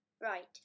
right